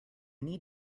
need